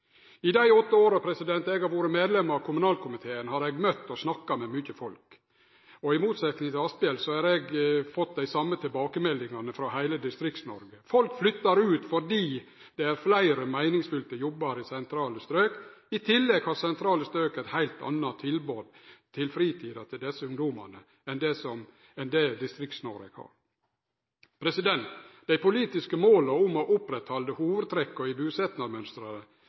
I dei åtte åra eg har vore medlem av kommunalkomiteen, har eg møtt og snakka med mange folk, og i motsetning til Asphjell har eg fått dei same tilbakemeldingane frå heile Distrikts-Noreg: Folk flyttar ut fordi det er fleire meiningsfylte jobbar i sentrale strøk. I tillegg har sentrale strøk eit heilt anna tilbod til fritida til desse ungdomane enn det Distrikts-Noreg har. Det politiske målet om å oppretthalde hovudtrekka i